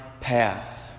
path